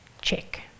Check